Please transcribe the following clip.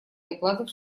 докладов